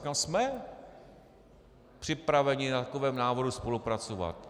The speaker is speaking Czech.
Říkám, jsme připraveni na takovém návrhu spolupracovat.